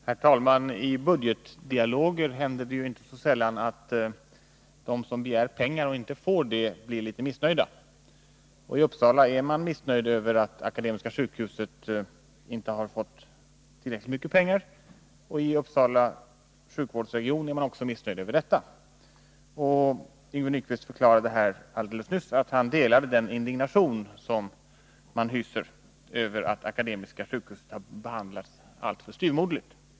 Herr talman! I budgetdialoger händer det inte så sällan att de som begär pengar men inte får det blir litet missnöjda. I Uppsala är man missnöjd över att Akademiska sjukhuset inte har fått tillräckligt med pengar. Också i Uppsala sjukvårdsregion är man missnöjd över detta. Yngve Nyquist förklarade här alldeles nyss att han delar den indignation som man hyser över att Akademiska sjukhuset har behandlats alltför styvmoderligt.